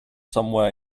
somewhere